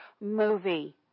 movie